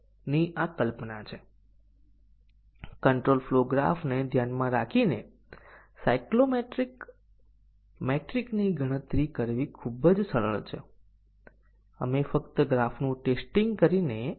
તેથી કંપાઉંડ કન્ડીશનએ સાચું અને ખોટું મૂલ્ય લેવું આવશ્યક છે નિર્ણયની દરેક એટોમિક કન્ડીશન એ સાચું અને ખોટું મૂલ્ય લેવું આવશ્યક છે